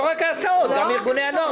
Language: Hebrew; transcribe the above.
לא רק ההסעות אלא גם ארגוני הנוער,